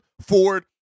Ford